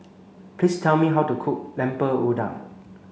please tell me how to cook Lemper Udang